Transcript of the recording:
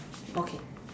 okay